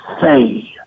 say